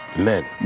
men